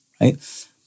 right